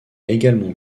également